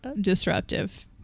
disruptive